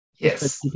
Yes